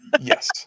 Yes